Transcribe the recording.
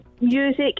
music